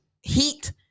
heat